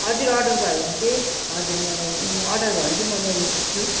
हजुर अर्डर भयो भने चाहिँ हजुर मगाउनु अर्डर भयो भने चाहिँ मगाउनसक्छु